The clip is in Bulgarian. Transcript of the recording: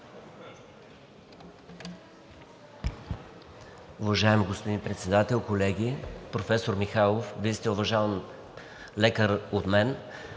Уважаеми господин Председател, колеги! Професор Михайлов, Вие сте уважаван лекар от мен.